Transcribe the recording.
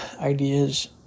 ideas